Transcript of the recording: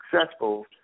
successful